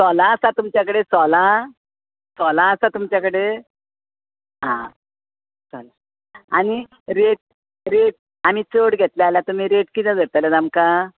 सोलां आसा तुमच्या कडेन सोलां सोलां आसा तुमच्या कडेन आं चल आनी रेट रेट आमी चड घेतले जाल्यार तुमी रेट धरतले आमकां